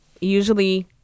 usually